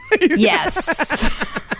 Yes